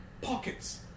pockets